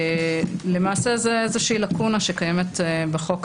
למעשה זאת איזושהי לקונה שקיימת היום בחוק.